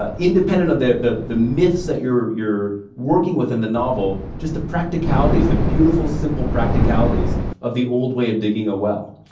ah independent of the the myths that you're you're working with in the novel, just the practicalities, the beautiful, simple practicalities of the old way of digging a well.